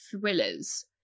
thrillers